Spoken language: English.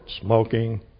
Smoking